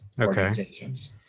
organizations